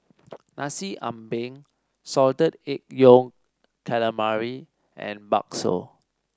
Nasi Ambeng Salted Egg Yolk Calamari and bakso